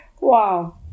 Wow